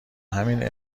همین